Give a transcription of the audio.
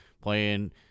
playing